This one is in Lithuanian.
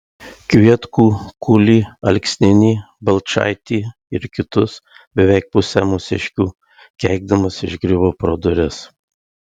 kvietkų kulį alksninį balčaitį ir kitus beveik pusę mūsiškių keikdamas išgriuvo pro duris